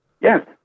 Yes